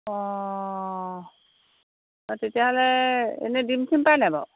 অঁ তেতিয়াহ'লে এনে ডিম চিম পাই নাই বাৰু